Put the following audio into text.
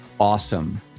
awesome